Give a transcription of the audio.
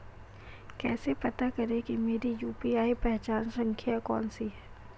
कैसे पता करें कि मेरी यू.पी.आई पहचान संख्या कौनसी है?